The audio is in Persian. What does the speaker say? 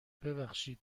ببخشید